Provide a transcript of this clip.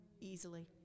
easily